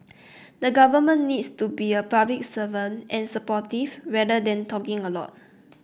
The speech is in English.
the government needs to be a public servant and supportive rather than talking a lot